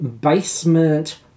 basement